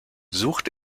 sucht